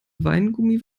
weingummi